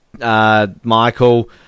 Michael